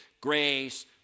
grace